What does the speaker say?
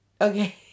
Okay